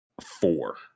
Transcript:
four